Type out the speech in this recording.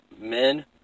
men